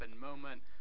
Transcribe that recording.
moment